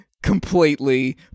completely